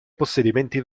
possedimenti